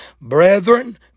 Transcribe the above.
Brethren